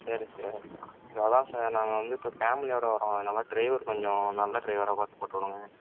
சரி சார் அதான் சார் நாங்கள் வந்து இப்போ ஃபேமிலியோட வரோம் அதனால டிரைவர் கொஞ்சம் நல்ல டிரைவராக பார்த்து போட்டுவிடுங்க